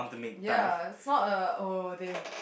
ya it's not a oh they